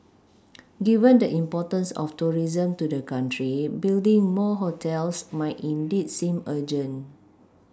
given the importance of tourism to the country building more hotels might indeed seem urgent